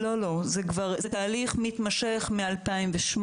לא, לא, זה תהליך מתמשך מ-2008.